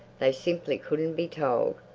they simply couldn't be told.